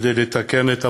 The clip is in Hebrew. כדי לתקן את המצב,